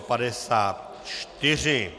54.